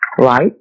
right